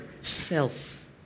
self